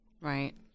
Right